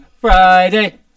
Friday